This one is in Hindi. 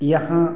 यहाँ